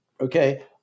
Okay